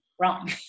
wrong